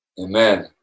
Amen